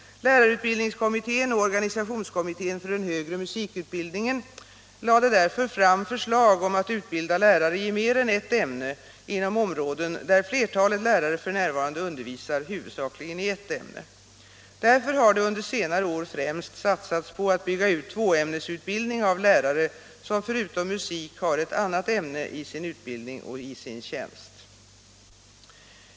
Lärarutbildningskommittén och organisationskommittén för den högre musikutbildningen lade därför fram förslag om att utbilda lärare i mer än ett ämne inom områden där flertalet lärare f.n. undervisar huvudsakligen i ett ämne. Därför har det under senare år främst satsats på att bygga ut tvåämnesutbildning av lärare som förutom musik har ett annat ämne i sin utbildning och i sin tjänst.